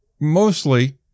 mostly